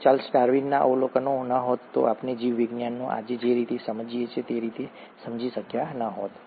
જો ચાર્લ્સ ડાર્વિનના અવલોકનો ન હોત તો આપણે જીવવિજ્ઞાનને આજે જે રીતે સમજીએ છીએ તે રીતે સમજી શક્યા ન હોત